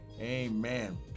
Amen